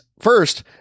first